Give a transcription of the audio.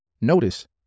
Notice